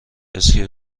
اسکی